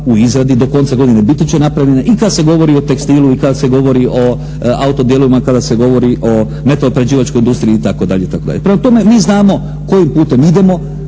u izradi, do konca godine biti će napravljen i kada se govori o tekstilu i kada se govori o autodjelovima, kada se govori o metalno-prerađivačkoj industriji itd. itd. Prema tome mi znamo kojim putem idemo.